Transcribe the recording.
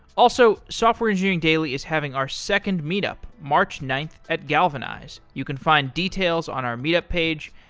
also, software engineering daily is having our second meet up, march ninth at galvanize. you can find details on our meet up page.